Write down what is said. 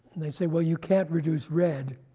they say, well, you can't reduce red.